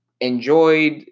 enjoyed